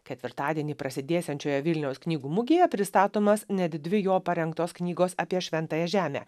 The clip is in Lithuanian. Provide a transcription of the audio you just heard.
ketvirtadienį prasidėsiančioje vilniaus knygų mugėje pristatomos net dvi jo parengtos knygos apie šventąją žemę